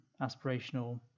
aspirational